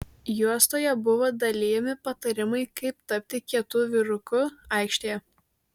juostoje buvo dalijami patarimai kaip tapti kietu vyruku aikštėje